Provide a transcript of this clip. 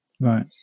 right